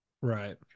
right